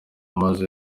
maze